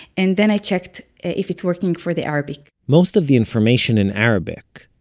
and then i checked if it's working for the arabic most of the information in arabic,